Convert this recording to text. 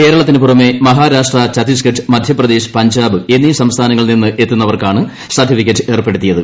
കേരളത്തിന് പുറമെ മഹാരാഷ്ട്ര ഛത്തീസ്ഗഡ് മധ്യപ്രദേശ് പഞ്ചാബ് എന്നീ സംസ്ഥാനങ്ങളിൽ നിന്ന് എത്തുന്നവർക്കാണ് സർട്ടിഫിക്കറ്റ് ഏർപ്പെടുത്തിയത്